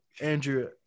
Andrew